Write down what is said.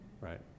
right